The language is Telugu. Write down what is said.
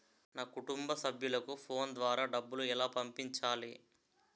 నా కుటుంబ సభ్యులకు ఫోన్ ద్వారా డబ్బులు ఎలా పంపించాలి?